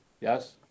Yes